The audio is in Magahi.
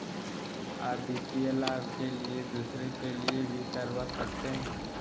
आ वित्तीय लाभ के लिए दूसरे के लिए भी करवा सकते हैं?